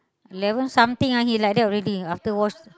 eleven something ah he like that already after wash